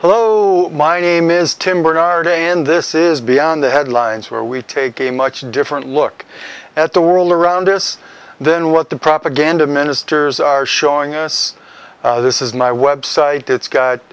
hello my name is tim bernard a and this is beyond the headlines where we take a much different look at the world around us then what the propaganda ministers are showing us this is my website it's got